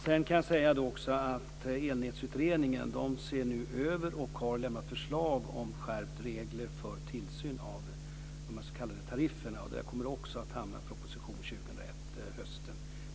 Sedan kan jag säga att Elnätsutredningen nu ser över och har lämnat förslag om skärpta regler för tillsyn av de s.k. tarifferna. Detta kommer också att hamna i en proposition hösten 2001.